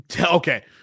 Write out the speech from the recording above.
Okay